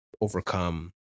overcome